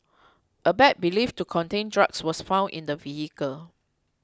a bag believed to contain drugs was found in the vehicle